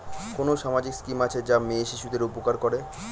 কোন সামাজিক স্কিম আছে যা মেয়ে শিশুদের উপকার করে?